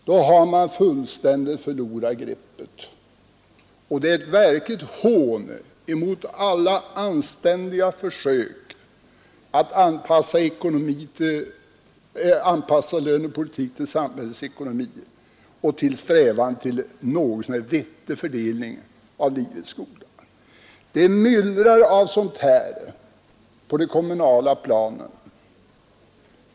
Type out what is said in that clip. Då har man fullständigt förlorat greppet och det är ett verkligt hån mot alla anständiga försök att anpassa lönepolitiken till samhällsekonomin och mot strävandena till något så när vettig fördelning av livets goda. Det myllrar av sådana fall på det kommunala planet.